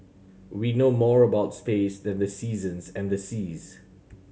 we know more about space than the seasons and the seas